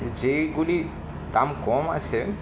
যেইগুলি দাম কম আছে